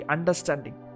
Understanding